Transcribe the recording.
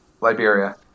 Liberia